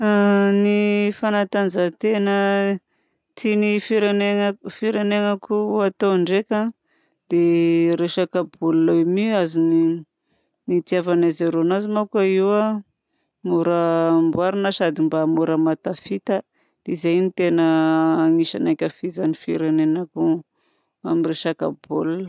Ny fanatanjahan-tena tian'ny firenenako atao ndraika dia resaka baolina. Io mi azony ny hitiavan'i zareo anazy manko io mora amboarina sady mba mora mahatafita. Izay no tena anisan'ny hankafizan'ny firenena amin'ny resaka baolina.